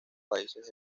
países